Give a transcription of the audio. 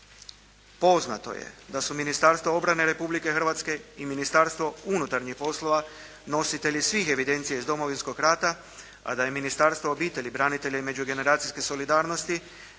Poznato je da su Ministarstvo obrane Republike Hrvatske i Ministarstvo unutarnjih poslova nositelji svih evidencija iz Domovinskog rata, a da je Ministarstvo obitelji, branitelja i međugeneracijske solidarnosti